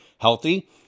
healthy